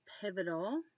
pivotal